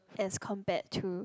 as compared to